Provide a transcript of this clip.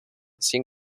sin